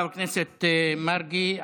חבר הכנסת מרגי,